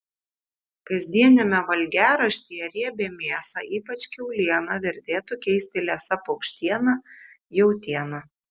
kasdieniame valgiaraštyje riebią mėsą ypač kiaulieną vertėtų keisti liesa paukštiena jautiena